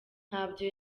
ntabyo